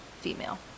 female